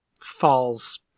falls